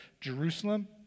Jerusalem